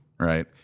Right